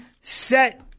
set